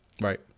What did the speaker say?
Right